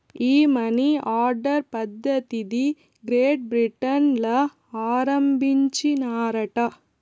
ఈ money order పద్ధతిది Great Britain ల ఆరంబించినారట